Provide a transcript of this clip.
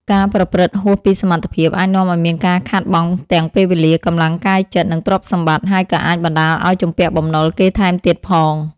ការប្រព្រឹត្តហួសពីសមត្ថភាព អាចនាំឲ្យមានការខាតបង់ទាំងពេលវេលា កម្លាំងកាយចិត្ត និងទ្រព្យសម្បត្តិ ហើយក៏អាចបណ្ដាលឲ្យជំពាក់បំណុលគេថែមទៀតផង។